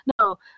no